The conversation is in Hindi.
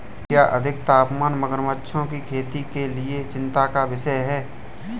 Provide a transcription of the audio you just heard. क्या अधिक तापमान मगरमच्छों की खेती के लिए चिंता का विषय है?